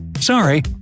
Sorry